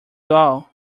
all